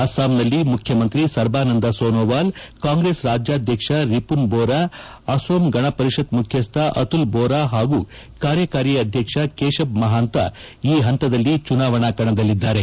ಅಸ್ಲಾಂನಲ್ಲಿ ಮುಖ್ಯಮಂತ್ರಿ ಸರ್ಬಾನಂದ ಸೋನೋವಾಲ್ ಕಾಂಗ್ರೆಸ್ ರಾಜ್ಯಾಧ್ವಕ್ಷ ರಿಪುನ್ ಬೋರಾ ಅಸೋಂ ಗಣ ಪರಿಷತ್ ಮುಖ್ಯಸ್ಥ ಅತುಲ್ ಬೋರಾ ಹಾಗೂ ಕಾರ್ಯಕಾರಿ ಅಧ್ಯಕ್ಷ ಕೇಶಬ್ ಮಹಾಂತ ಈ ಹಂತದಲ್ಲಿ ಚುನಾವಣಾ ಕಣದಲ್ಲಿದ್ದಾರೆ